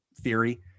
theory